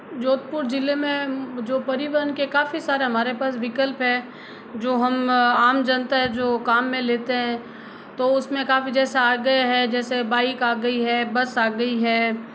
जोधपुर ज़िले में जो परिवहन के काफ़ी सारा हमारे पास विकल्प है जो हम आम जनता है जो काम में लेते हैं तो उसमें काफ़ी जैसा आ गये है जैसा बाइक आ गई है बस आ गई है